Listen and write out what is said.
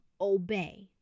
obey